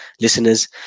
listeners